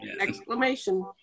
Exclamation